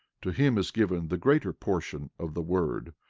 to him is given the greater portion of the word,